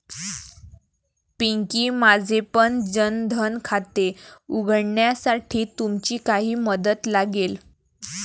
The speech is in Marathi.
पिंकी, माझेपण जन धन खाते उघडण्यासाठी तुमची काही मदत लागेल